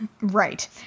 Right